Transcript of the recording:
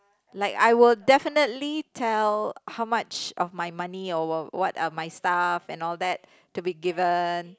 like I will definitely tell how much of my money or w~ what are my stuff and all that to be given